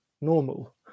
normal